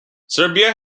serbia